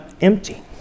empty